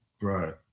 Right